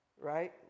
Right